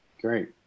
Great